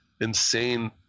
insane